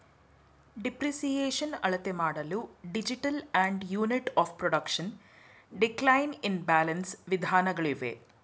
depreciation ಅಳತೆಮಾಡಲು digital and unit of production, decline in balance ವಿಧಾನಗಳಿವೆ